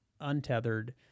untethered